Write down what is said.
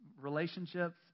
Relationships